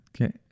Okay